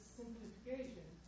simplification